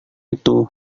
itu